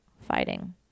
Fighting